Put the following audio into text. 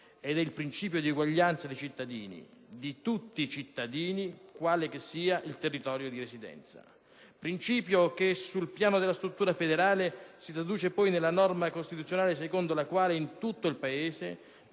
il principio di uguaglianza dei cittadini, di tutti cittadini, quale che sia il territorio di residenza. Principio che sul piano della struttura federale si traduce nella norma costituzionale secondo la quale in tutto il Paese